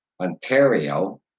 Ontario